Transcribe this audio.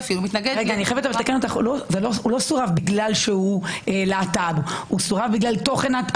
לא סורב כי הוא להט"ב אלא בגלל התוכן.